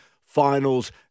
finals